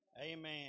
Amen